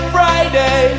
Friday